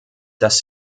dass